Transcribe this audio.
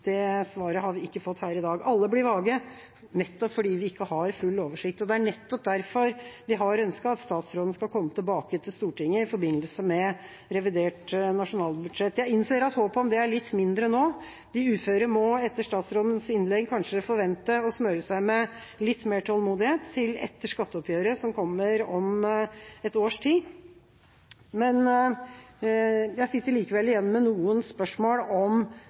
Det svaret har vi ikke fått her i dag. Alle blir vage, nettopp fordi vi ikke har full oversikt. Det er nettopp derfor vi har ønsket at statsråden skal komme tilbake til Stortinget i forbindelse med revidert nasjonalbudsjett. Jeg innser at håpet om det er litt mindre nå. De uføre må etter statsrådens innlegg kanskje forvente å smøre seg med litt mer tålmodighet, til etter skatteoppgjøret, som kommer om et års tid. Men jeg sitter likevel igjen med noen spørsmål om